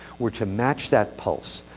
were to match that pulse,